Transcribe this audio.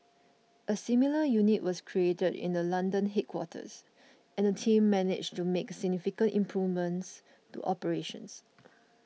a similar unit was created in the London headquarters and the team managed to make significant improvements to operations